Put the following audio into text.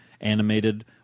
animated